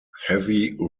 heavy